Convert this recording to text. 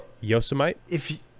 Yosemite